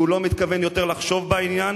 שהוא לא מתכוון יותר לחשוב בעניין,